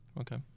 Okay